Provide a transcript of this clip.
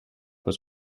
was